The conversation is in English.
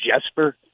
Jesper